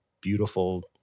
beautiful